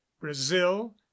brazil